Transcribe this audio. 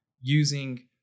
using